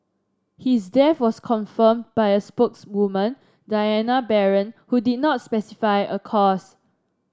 his death was confirmed by a spokeswoman Diana Baron who did not specify a cause